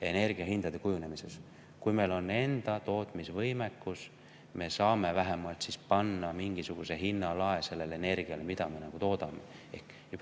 energiahindade kujunemises. Kui meil on enda tootmisvõimekus, siis me saame vähemalt panna mingisuguse hinnalae sellele energiale, mida me toodame.